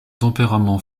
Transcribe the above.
tempérament